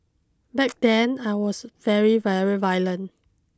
back then I was very very violent